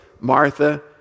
Martha